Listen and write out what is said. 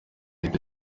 itari